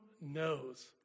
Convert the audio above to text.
knows